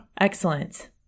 Excellent